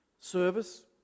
Service